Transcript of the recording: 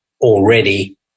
already